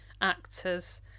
actors